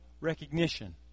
recognition